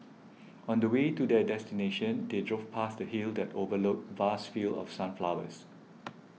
on the way to their destination they drove past a hill that overlooked vast fields of sunflowers